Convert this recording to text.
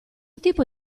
tipo